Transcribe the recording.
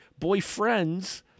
boyfriends